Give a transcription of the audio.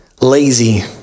lazy